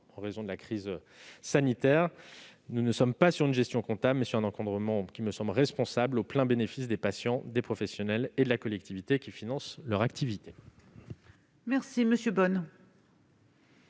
en raison de la crise sanitaire. Nous ne menons pas une gestion comptable, mais un encadrement qui me semble responsable, au plein bénéfice des patients, des professionnels et de la collectivité, qui finance leur activité